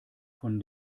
von